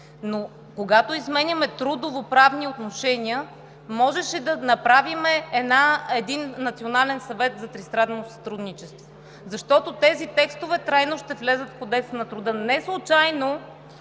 обаче изменяме трудовоправни отношения, можеше да направим един Национален съвет за тристранно сътрудничество, защото тези текстове трайно ще влязат в Кодекса на труда. Неслучайно